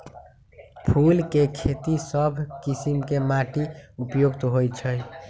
फूल के खेती सभ किशिम के माटी उपयुक्त होइ छइ